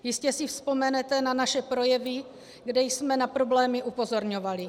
Jistě si vzpomenete na naše projevy, kde jsme na problémy upozorňovali.